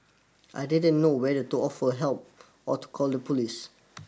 I didn't know whether to offer help or to call the police